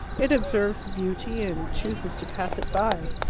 it observes beauty, and chooses to pass it by.